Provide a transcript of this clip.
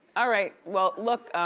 all right, well look,